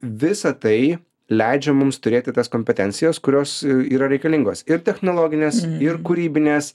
visa tai leidžia mums turėti tas kompetencijas kurios yra reikalingos ir technologinės ir kūrybinės